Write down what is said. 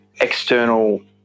external